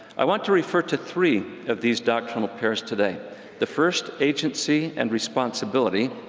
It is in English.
i want to refer to three of these doctrinal pairs today the first, agency and responsibility.